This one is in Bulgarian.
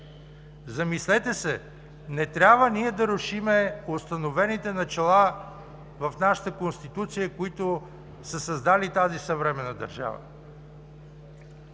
Замислете се. Не трябва ние да рушим установените начала в нашата Конституция, които са създали тази съвременна държава.